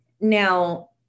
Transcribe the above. Now